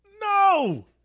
No